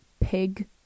pig